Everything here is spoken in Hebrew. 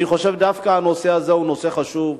אני חושב דווקא שהנושא הזה הוא נושא חשוב.